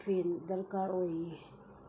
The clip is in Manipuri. ꯐꯦꯟ ꯗꯔꯀꯥꯔ ꯑꯣꯏꯌꯦ